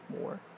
more